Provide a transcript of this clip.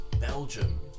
Belgium